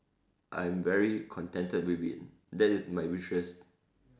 I'm very contented with it that is my wishes